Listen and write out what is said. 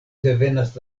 devenas